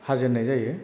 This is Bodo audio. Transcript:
हाजेननाय जायो